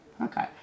okay